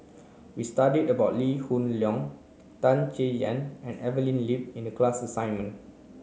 we studied about Lee Hoon Leong Tan Chay Yan and Evelyn Lip in the class assignment